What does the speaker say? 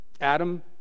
Adam